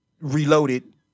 Reloaded